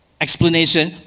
explanation